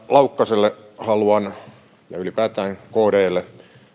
laukkaselle ja ylipäätään kdlle haluan